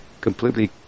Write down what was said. completely